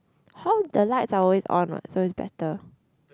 hall the lights are always on what so it's better